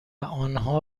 آنها